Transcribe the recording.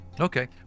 Okay